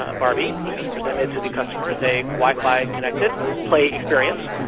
ah barbie, as presented to the customers, a wi-fi connected play experience.